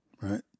right